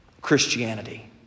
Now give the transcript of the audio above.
Christianity